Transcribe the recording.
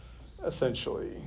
essentially